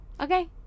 Okay